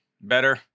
better